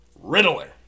Riddler